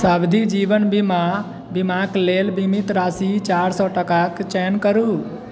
सावधि जीवन बीमा बीमाक लेल बीमित राशि चारि सए टाकाक चयन करु